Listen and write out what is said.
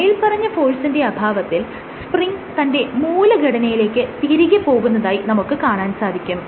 മേല്പറഞ്ഞ ഫോഴ്സിന്റെ അഭാവത്തിൽ സ്പ്രിങ് തന്റെ മൂലഘടനയിലേക്ക് തിരികെപോകുന്നതായി നമുക്ക് കാണാൻ സാധിക്കും